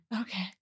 Okay